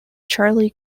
charlie